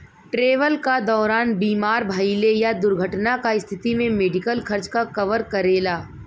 travel क दौरान बीमार भइले या दुर्घटना क स्थिति में मेडिकल खर्च क कवर करेला